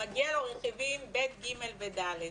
מגיע לו רכיבים ב', ג' ו-ד'.